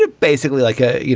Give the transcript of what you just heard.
ah basically like, ah you